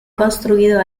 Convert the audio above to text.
construido